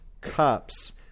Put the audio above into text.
cups